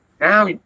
Now